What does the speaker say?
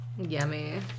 Yummy